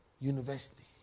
University